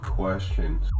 questions